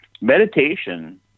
Meditation